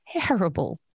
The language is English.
terrible